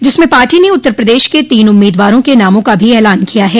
जिसमें पार्टी ने उत्तर प्रदेश के तीन उम्मीदवारों के नामों का भी एलान किया है